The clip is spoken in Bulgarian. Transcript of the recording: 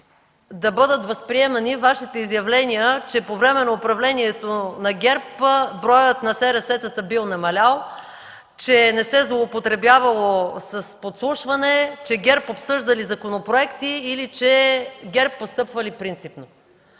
да бъдат възприемани Вашите изявления, че по време на управлението на ГЕРБ броят на СРС-тата бил намалял, че не се злоупотребявало с подслушване, че ГЕРБ обсъждали законопроекти или че ГЕРБ постъпвали принципно.